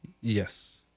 Yes